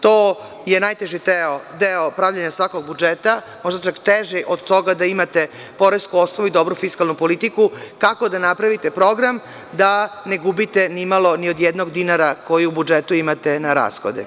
To je najteži deo pravljenja svakog budžeta, možda čak teži od toga da imate poresku osnovu i dobru fiskalnu politiku kako da napravite program, da ne gubite ni od jednog dinara koji u budžetu imate na rashode.